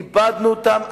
איבדנו אותם.